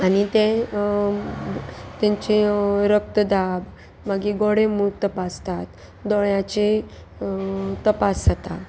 आनी ते तेंचे रक्तदाब मागीर गोडे मूत तपासतात दोळ्यांचे तपास जाता